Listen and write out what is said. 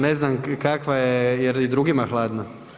Ne znam kakva je, jel' i drugima hladno?